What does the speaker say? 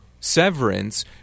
severance